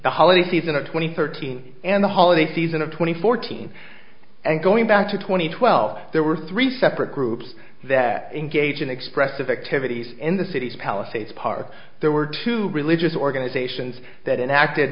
the holiday season to twenty thirteen and the holiday season of twenty fourteen and going back to two thousand and twelve there were three separate groups that engage in expressive activities in the city's palisades park there were two religious organizations that enacted